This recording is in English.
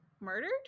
murdered